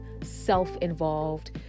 self-involved